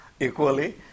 equally